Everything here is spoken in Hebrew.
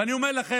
ואני אומר לכם,